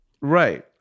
Right